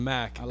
Mac